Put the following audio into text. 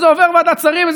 וזה עובר ועדת שרים,